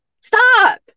stop